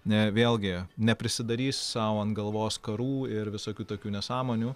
ne vėlgi neprisidarys sau ant galvos karų ir visokių tokių nesąmonių